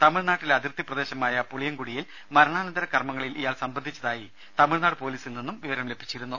തമിഴ്നാട്ടിലെ അതിർത്തി പ്രദേശമായ പുളിയം കുടിയിൽ മരണാനന്തര കർമങ്ങളിൽ ഇയാൾ സംബന്ധിച്ചതായി തമിഴ്നാട് പൊലീസിൽ നിന്നും വിവരം ലഭിച്ചിരുന്നു